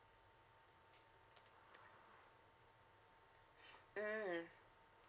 mm